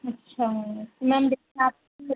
अच्छा है मैम दिखाती हूँ